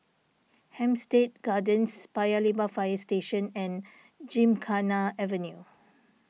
Hampstead Gardens Paya Lebar Fire Station and Gymkhana Avenue